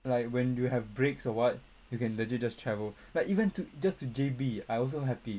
like when you have breaks or what you can legit just travel like even to just to J_B I also happy